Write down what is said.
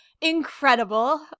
incredible